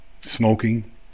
smoking